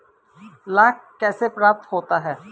लाख कैसे प्राप्त होता है?